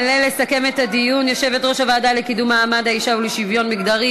תעלה לסכם את הדיון יושבת-ראש הוועדה לקידום מעמד האישה ולשוויון מגדרי,